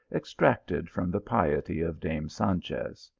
extracted from the piety of dame sanchez.